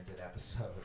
episode